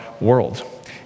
world